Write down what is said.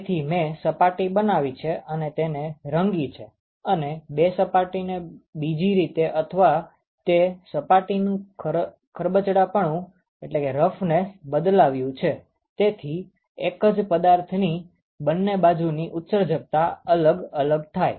તેથી મે સપાટી બનાવી છે અને તેને રંગી છે અને બે સપાટીને બીજી રીતે અથવા તે સપાટીનુ ખરબચડાપણું બદલાવ્યું છે તેથી એક જ પદાર્થની બંને બાજુની ઉત્સર્જકતા અલગ અલગ થાય